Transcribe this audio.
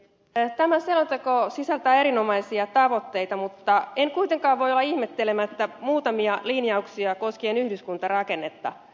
tämä selonteko sisältää erinomaisia tavoitteita mutta en kuitenkaan voi olla ihmettelemättä muutamia linjauksia koskien yhdyskuntarakennetta